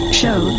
show